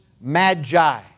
magi